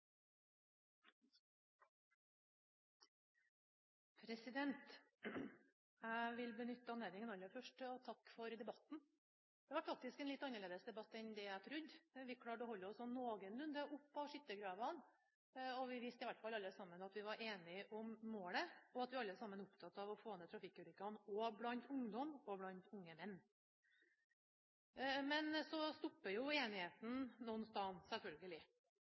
takke for debatten. Det ble faktisk en litt annerledes debatt enn jeg trodde, men vi klarte å holde oss så noenlunde oppe av skyttergravene. Vi viste i hvert fall alle sammen at vi var enige om målet, og at vi alle sammen er opptatt av å få ned antall trafikkulykker blant ungdom og blant unge menn. Så stopper